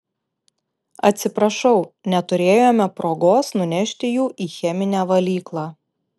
atsiprašau neturėjome progos nunešti jų į cheminę valyklą